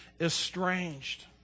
estranged